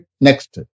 Next